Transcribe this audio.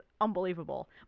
unbelievable